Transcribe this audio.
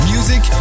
Music